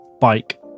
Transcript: bike